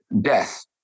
death